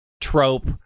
trope